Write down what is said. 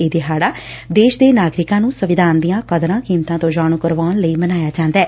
ਇਹ ਦਿਹਾਤਾ ਦੇਸ਼ ਦੇ ਨਾਗਰਿਕਾਂ ਨੂੰ ਸੰਵਿਧਾਨ ਦੀਆਂ ਕਦਰਾਂ ਕੀਮਤਾਂ ਤੋਂ ਜਾਣ ਕਰਾਉਣ ਲਈ ਮਨਾਇਆ ਜਾਂਦੈ